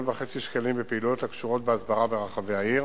וחצי שקלים בפעילויות הקשורות בהסברה ברחבי העיר,